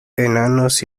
enanos